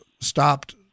stopped